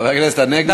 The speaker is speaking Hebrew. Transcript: חבר הכנסת הנגבי, באמת.